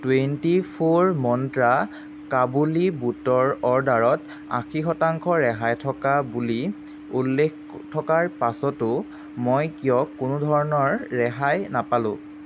twenty four Mantra কাবুলী বুটৰ অৰ্ডাৰত আশী শতাংশ ৰেহাই থকা বুলি উল্লেখ থকাৰ পাছতো মই কিয় কোনোধৰণৰ ৰেহাই নাপালোঁ